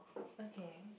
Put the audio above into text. okay